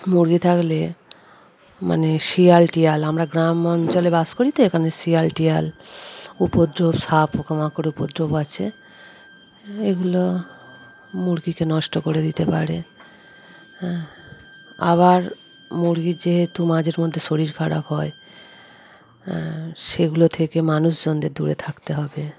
মুরগি থাকলে মানে শিয়াল টিয়াল আমরা গ্রাম অঞ্চলে বাস করি তো এখানে শিয়াল টিয়াল উপদ্রব সাপ পোকোমাকড়ের উপদ্রব আছে হ্যাঁ এগুলো মুরগিকে নষ্ট করে দিতে পারে হ্যাঁ আবার মুরগির যেহেতু মাঝে মধ্যে শরীর খারাপ হয় হ্যাঁ সেগুলো থেকে মানুষজনদের দূরে থাকতে হবে